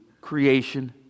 creation